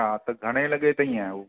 हा त घणे लॻे ताईं आहियो